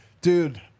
Dude